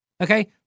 Okay